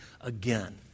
again